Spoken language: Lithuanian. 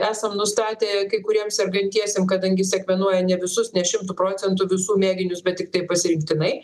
esam nustatę kai kuriem sergantiesiem kadangi sekvenuoja ne visus ne šimtu procentų visų mėginius bet tiktai pasirinktinai